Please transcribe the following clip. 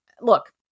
look